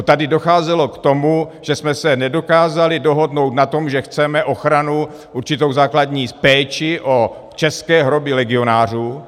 Tady docházelo k tomu, že jsme se nedokázali dohodnout na tom, že chceme ochranu, určitou základní péči o české hroby legionářů.